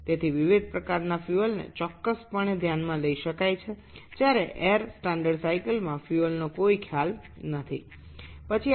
সুতরাং বিভিন্ন ধরণের জ্বালানী অবশ্যই নিশ্চিতভাবে বিবেচনা করা যেতে পারে পক্ষান্তরে এয়ার স্ট্যান্ডার্ড চক্রের জ্বালানীর কোনও ধারণা নেই তবে